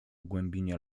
głębinie